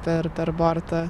per per bortą